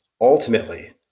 Ultimately